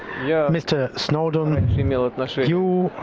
yeah mister snowdonia gmail a plus for you